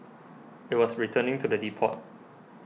it was returning to the depot